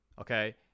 Okay